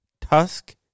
Tusk